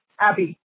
Abby